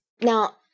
Now